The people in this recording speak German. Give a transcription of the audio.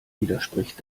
widerspricht